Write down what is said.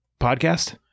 podcast